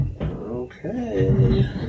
Okay